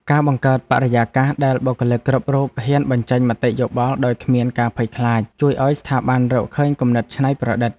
ការបង្កើតបរិយាកាសដែលបុគ្គលិកគ្រប់រូបហ៊ានបញ្ចេញមតិយោបល់ដោយគ្មានការភ័យខ្លាច ជួយឱ្យស្ថាប័នរកឃើញគំនិតច្នៃប្រឌិត។